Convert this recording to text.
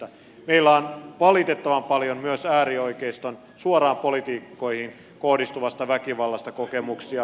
meillä on valitettavan paljon myös äärioikeiston suoraan poliitikkoihin kohdistuvasta väkivallasta kokemuksia